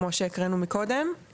כמו שקראנו קודם.